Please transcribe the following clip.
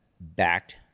backed